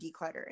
decluttering